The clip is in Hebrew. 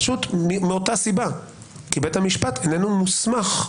פשוט מאותה סיבה, כי בית המשפט איננו מוסמך.